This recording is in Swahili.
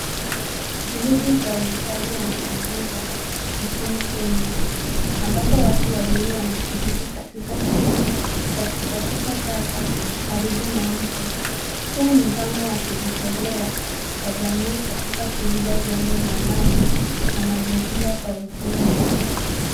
Juhudi za uhifadhi wa mazingira nchini Kenya, ambapo watu wawili wanashiriki katika shughuli ya kusafisha taka karibu na mto. Huu ni mfano wa kujitolea kwa jamii katika kulinda vyanzo vya maji na mazingira kwa ujumla.